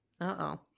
Uh-oh